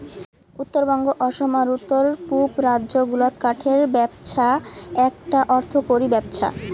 উত্তরবঙ্গ, অসম আর উত্তর পুব রাজ্য গুলাত কাঠের ব্যপছা এ্যাকটা অর্থকরী ব্যপছা